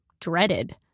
dreaded